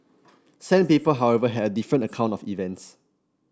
sandpiper however had a different account of events